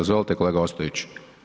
Izvolite, kolega Ostojić.